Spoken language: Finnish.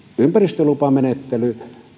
ympäristölupamenettely